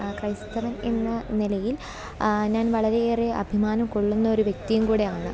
ക്രൈസ്തവൻ എന്ന നിലയിൽ ഞാൻ വളരെയേറെ അഭിമാനം കൊള്ളുന്നൊരു വ്യക്തിയും കൂടിയാണ്